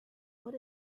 what